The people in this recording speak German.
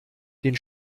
den